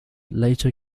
later